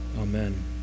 Amen